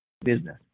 business